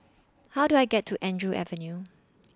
How Do I get to Andrew Avenue